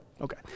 Okay